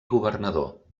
governador